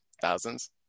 thousands